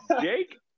Jake